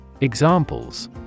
Examples